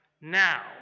now